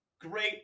Great